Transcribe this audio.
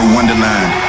Wonderland